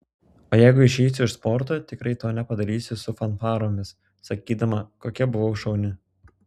o jeigu išeisiu iš sporto tikrai to nepadarysiu su fanfaromis sakydama kokia buvau šauni